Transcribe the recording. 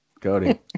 Cody